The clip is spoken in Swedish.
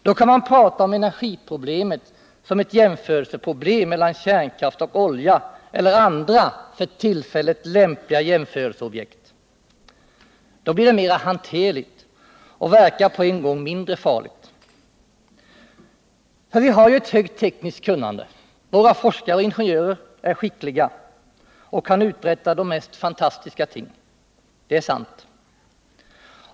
Då kan man prata om energiproblemet som ett jämförelseproblem mellan kärnkraft och olja eller andra för tillfället lämpliga jämförelseobjekt. Då blir det mera hanterligt och verkar på en gång mindre farligt, för vi har ju ett högt tekniskt kunnande, våra forskare och ingenjörer är skickliga och kan uträtta de mest fantastiska ting. Det är sant.